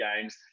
games